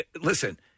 listen